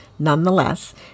Nonetheless